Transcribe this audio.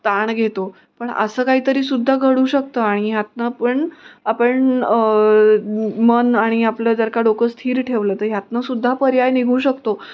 ताण घेतो पण असं काहीतरी सुद्धा घडू शकतं आणि ह्यातून पण आपण मन आणि आपलं जर का डोकं स्थिर ठेवलं तर ह्यातून सुद्धा पर्याय निघू शकतो